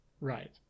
Right